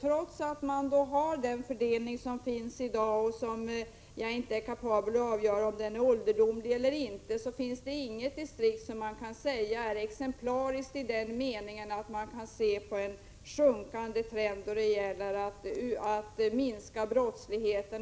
Trots dagens fördelning — och jag är inte kapabel att avgöra om den är ålderdomlig eller inte — kan inget distrikt sägas vara exemplariskt i den meningen att det kan konstateras en positiv trend när det gäller brottsligheten.